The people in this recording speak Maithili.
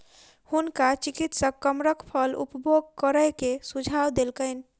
हुनका चिकित्सक कमरख फल उपभोग करै के सुझाव देलकैन